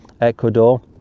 ecuador